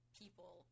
people